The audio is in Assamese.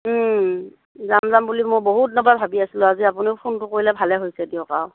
ওম যাম যাম বুলি মই বহুত দিনৰ পৰাই ভাবি আছিলোঁ আজি আপুনিও ফোনটো কৰিলে ভালে হৈছে দিয়ক আৰু